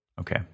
okay